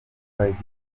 bataduha